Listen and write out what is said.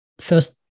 first